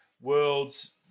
World's